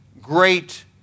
great